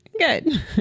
good